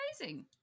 amazing